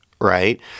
right